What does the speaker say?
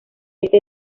este